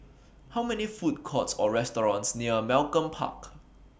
Are There Food Courts Or restaurants near Malcolm Park